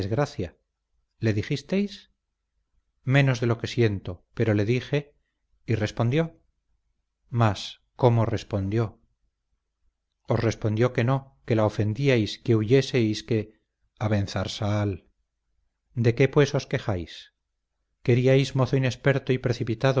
le dijisteis menos de lo que siento pero le dije y respondió mas cómo respondió os respondió que no que la ofendíais que huyeseis que abenzarsal de qué pues os quejáis queríais mozo inexperto y precipitado